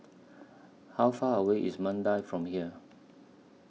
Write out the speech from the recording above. How Far away IS Mandai from here